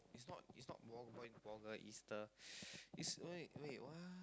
it's not it's not ball ball ball girl it's the it's wait wait what